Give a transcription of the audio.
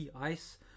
ICE